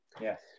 Yes